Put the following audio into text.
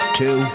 two